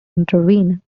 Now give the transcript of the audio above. intervene